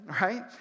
right